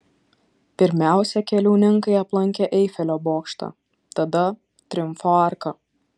pirmiausia keliauninkai aplankė eifelio bokštą tada triumfo arką